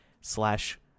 slash